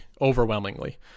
overwhelmingly